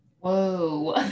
Whoa